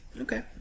Okay